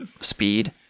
speed